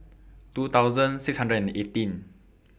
two thousand six hundred and eighteen